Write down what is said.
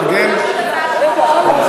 אנחנו הגשנו את הצעת החוק,